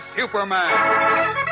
Superman